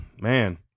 man